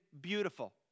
beautiful